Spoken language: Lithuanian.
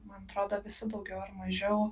man atrodo visi daugiau ar mažiau